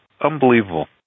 unbelievable